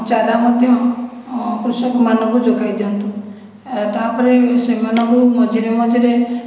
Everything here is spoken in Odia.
ଚାରା ମଧ୍ୟ କୃଷକମାନଙ୍କୁ ଯୋଗାଇ ଦିଅନ୍ତୁ ତାପରେ ସେମାନଙ୍କୁ ମଝିରେ ମଝିରେ